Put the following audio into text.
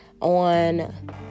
on